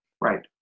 right